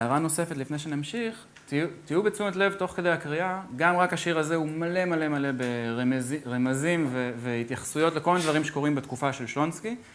הערה נוספת, לפני שנמשיך, תהיו בצומת לב תוך כדי הקריאה, גם רק השיר הזה הוא מלא מלא מלא ברמזים והתייחסויות לכל מיני דברים שקורים בתקופה של שלונסקי.